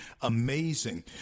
amazing